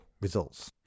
results